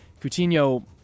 Coutinho